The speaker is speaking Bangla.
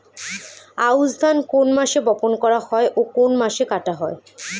আউস ধান কোন মাসে বপন করা হয় ও কোন মাসে কাটা হয়?